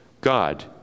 God